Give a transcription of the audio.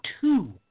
two